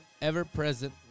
ever-present